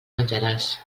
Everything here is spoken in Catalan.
menjaràs